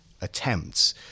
attempts